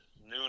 noon